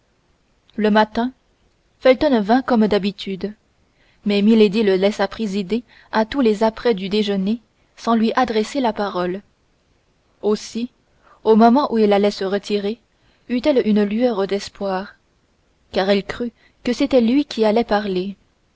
le matin felton vint comme d'habitude mais milady le laissa présider à tous les apprêts du déjeuner sans lui adresser la parole aussi au moment où il allait se retirer eut-elle une lueur d'espoir car elle crut que c'était lui qui allait parler